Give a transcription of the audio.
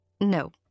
No